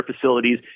facilities